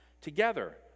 together